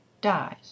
dies